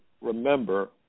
remember